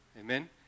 Amen